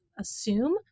assume